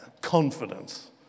confidence